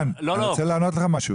עידן, אני רוצה לענות לך משהו.